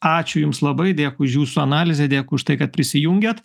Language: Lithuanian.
ačiū jums labai dėkui už jūsų analizę dėkui už tai kad prisijungėt